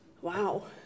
Wow